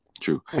true